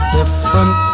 different